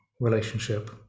relationship